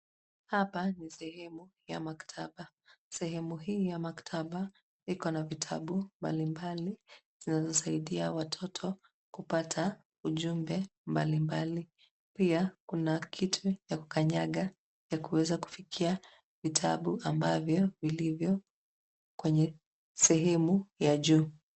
Hapa ni sehemu ya maktaba. Sehemu hii ya maktaba iko na vitabu mbalimbali zinazosaidia watoto kupata ujumbe mbalimbali. Pia kuna kitu ya kukanyaga ya kuweza kufikia vitabu ambavyo vilivyo kwenye sehemu ya juu.